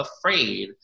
afraid